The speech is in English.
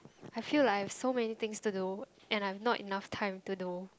I feel like I have so many things to do and I've not enough time to do